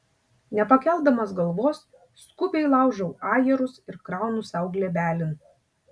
nepakeldamas galvos skubiai laužau ajerus ir kraunu sau glėbelin